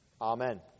Amen